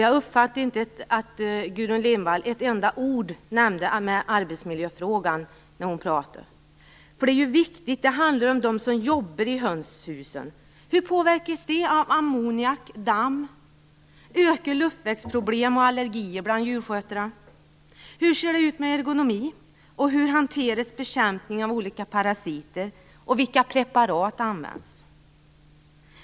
Jag uppfattade inte att Gudrun Lindvall med ett enda ord nämnde arbetsmiljöfrågan. Denna fråga gäller dem som arbetar i hönshusen. Hur påverkas de av ammoniak och damm? Ökar luftvägsproblem och allergier bland djurskötarna? Hur ser det ut med ergonomin? Hur hanteras bekämpning av olika parasiter? Vilka preparat används.